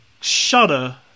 shudder